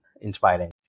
inspiring